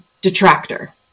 detractor